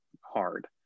hard